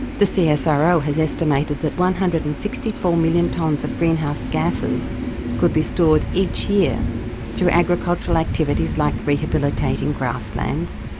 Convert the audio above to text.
the ah csiro has estimated that one hundred and sixty four million tonnes of greenhouse gases could be stored each year through agricultural activities like rehabilitating grasslands,